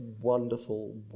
wonderful